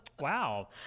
Wow